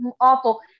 awful